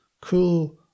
cool